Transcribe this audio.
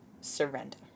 Surrender